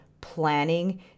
planning